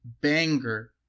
banger